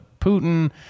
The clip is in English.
Putin